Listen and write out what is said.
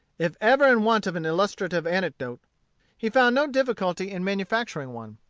if ever in want of an illustrative anecdote he found no difficulty in manufacturing one.